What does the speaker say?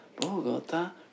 Bogota